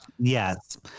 Yes